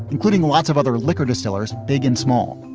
including lots of other liquor distillers, big and small,